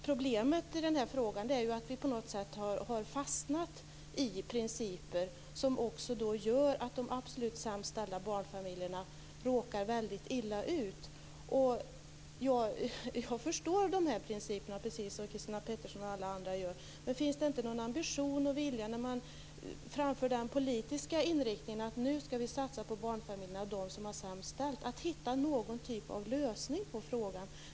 Problemet i den här frågan är ju att vi på något sätt har fastnat i principer som gör att de absolut sämst ställda barnfamiljerna råkar väldigt illa ut. Jag förstår de här principerna, precis som Christina Pettersson och många andra gör. Men finns det inte någon ambition och vilja när man framför den politiska inriktningen att nu satsa på barnfamiljerna och de som har det sämst ställt och försöka finna någon typ av lösning på problemet?